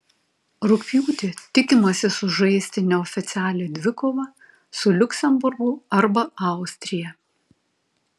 rugpjūtį tikimasi sužaisti neoficialią dvikovą su liuksemburgu arba austrija